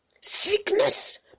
sickness